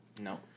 No